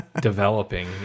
developing